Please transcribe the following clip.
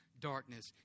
darkness